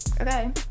okay